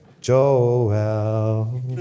Joel